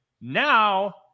Now